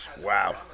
Wow